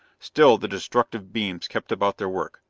still the destructive beams kept about their work,